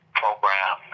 program